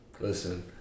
Listen